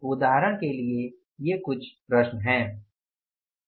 इसलिए उदाहरण के लिए ये कुछ प्रश्नएं हैं